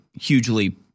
hugely